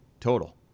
total